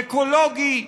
אקולוגי.